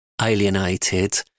alienated